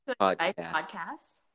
podcast